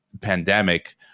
pandemic